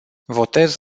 votez